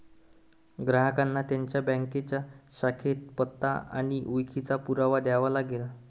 ग्राहकांना त्यांच्या बँकेच्या शाखेत पत्ता आणि ओळखीचा पुरावा द्यावा लागेल